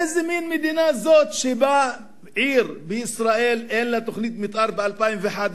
איזה מין מדינה זאת שבה עיר בישראל אין לה תוכנית מיתאר ב-2011?